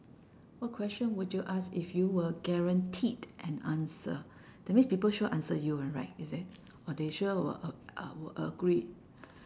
what question would you ask if you were guaranteed an answer that means people sure answer you [one] right is it or they sure will uh uh will agree